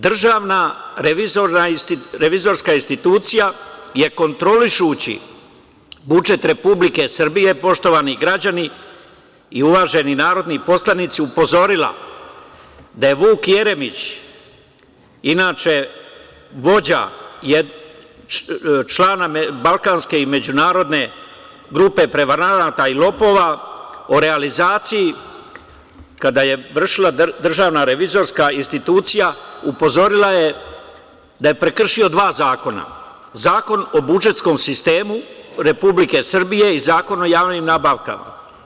Državna revizorska institucija je kontrolišući budžet Republike Srbije, poštovani građani i uvaženi narodni poslanici, upozorila da je Vuk Jeremić, inače vođa i član balkanske i međunarodne grupe prevaranata i lopova, o realizaciji kada je vršila DRI, upozorila je da je prekršio dva zakona, Zakon o budžetskom sistemu Republike Srbije i Zakon o javnim nabavkama.